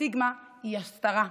הסטיגמה היא הסתרה,